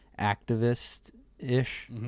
activist-ish